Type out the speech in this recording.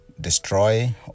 destroy